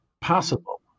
possible